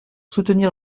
soutenir